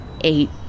eight